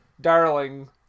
Darling